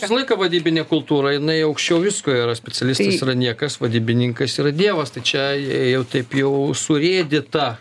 visą laiką vadybinė kultūra jinai aukščiau visko yra specialistas yra niekas vadybininkas yra dievas tai čia jau taip jau surėdyta